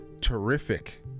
terrific